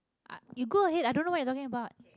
i you go ahead i don't know what you talking about